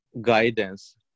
guidance